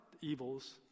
evils